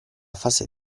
fase